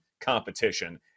competition